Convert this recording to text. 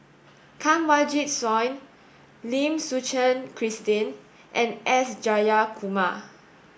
Kanwaljit Soin Lim Suchen Christine and S Jayakumar